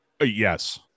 yes